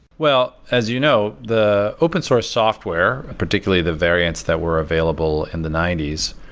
well, as you know, the open source software, particularly the variance that were available in the ninety s,